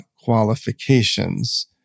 qualifications